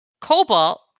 Cobalt